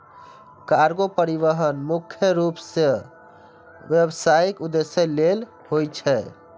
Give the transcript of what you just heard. cargo परिवहन मुख्य रूप सं व्यावसायिक उद्देश्य लेल होइ छै